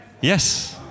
Yes